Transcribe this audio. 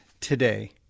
today